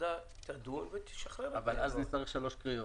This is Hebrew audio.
הוועדה תדון ותשחרר את --- אבל אז נצטרך שלוש קריאות.